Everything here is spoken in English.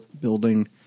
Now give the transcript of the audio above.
building